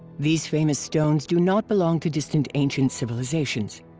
these famous stones do not belong to distant ancient civilizations.